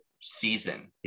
season